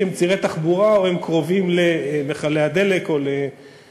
כי הם צירי תחבורה או הם קרובים למכלי הדלק או לתעשייה.